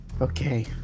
Okay